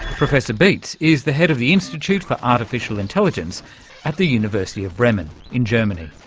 professor beetz is the head of the institute for artificial intelligence at the university of bremen in germany.